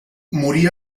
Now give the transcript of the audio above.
morí